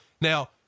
Now